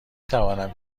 توانم